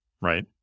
Right